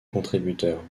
contributeur